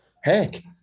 heck